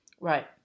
right